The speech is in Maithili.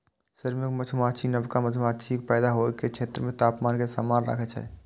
श्रमिक मधुमाछी नवका मधुमाछीक पैदा होइ के क्षेत्र मे तापमान कें समान राखै छै